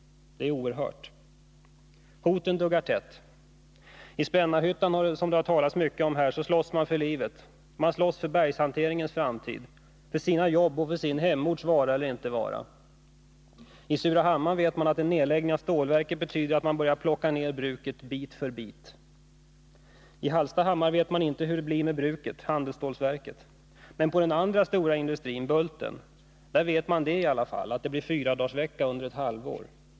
Det är oerhört. Hoten duggar tätt. I Spännarhyttan, som det har talats mycket om här i kammaren, slåss man för livet. Man slåss för bergshanteringens framtid, för sina jobb och för sin hemorts vara eller inte vara. I Surahammar vet man att en nedläggning av stålverket betyder att bruket börjar plockas ner bit för bit. I Hallstahammar vet man inte hur det blir med bruket, dvs. handelsstålverket. Men på den andra stora industrin, Bulten, vet de anställda i alla fall att det blir fyradagarsvecka under ett halvår.